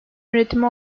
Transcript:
üretimi